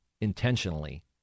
intentionally